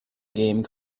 game